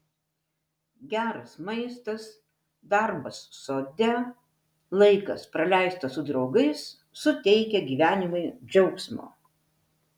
geras maistas darbas sode laikas praleistas su draugais suteikia gyvenimui džiaugsmo